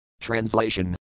Translation